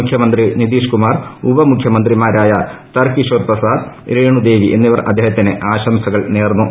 മുഖ്യമന്ത്രി നിതീഷ് കുമാർ ഉപമുഖ്യമന്ത്രിമാരായ തർകിഷോർ പ്രസാദ് രേണു ദേവി എന്നിവർ അദ്ദേഹത്തിന് ആശംസകൾ നേർന്നു